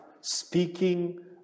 speaking